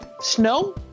snow